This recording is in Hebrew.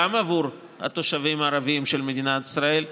גם עבור התושבים הערבים של מדינת ישראל,